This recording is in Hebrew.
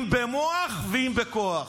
אם במוח ואם בכוח.